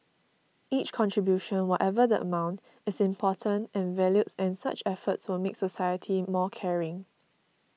each contribution whatever the amount is important and valued and such efforts will make society more caring